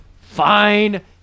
Fine